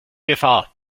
gefahr